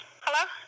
Hello